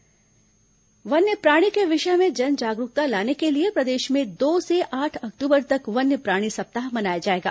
वन्यप्राणी सप्ताह वन्यप्राणी के विषय में जन जागरूकता लाने के लिए प्रदेश में दो से आठ अक्टूबर तक वन्यप्राणी सप्ताह मनाया जाएगा